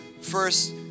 first